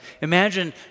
Imagine